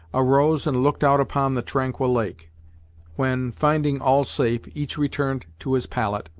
arose and looked out upon the tranquil lake when, finding all safe, each returned to his pallet,